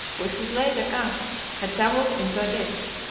with his laden ass, had tumbled into a ditch.